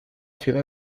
ciudad